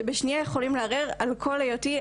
שבשנייה יכולים לערער על כל היותי,